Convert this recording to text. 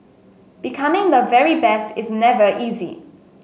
becoming the very best is never easy